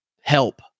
help